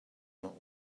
not